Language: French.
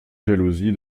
jalousie